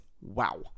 Wow